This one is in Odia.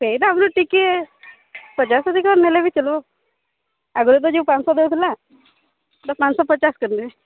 ସେଇଟା ଆମର ଟିକେ ପଚାଶ୍ ଅଧିକ ନେଲେ ବି ଚଲିବ ଆଗରୁ ତ ଯୋଉ ପାଂଶହ ଦଉଥିଲା ତ ପାଞ୍ଚଶହ ପଚାଶ୍ କରିନେବେ